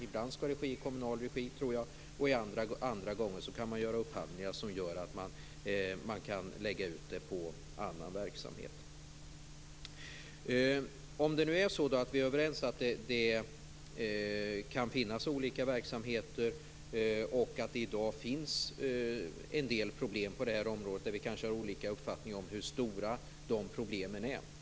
Ibland skall det ske i kommunal regi, och andra gånger kan man göra upphandlingar som gör att man kan lägga ut det på annan verksamhet. Vi kan alltså vara överens om att det kan finnas olika verksamheter och att det i dag finns en del problem på det här området där vi kanske har olika uppfattningar om hur stora dessa problem är.